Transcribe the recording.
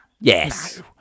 Yes